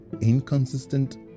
inconsistent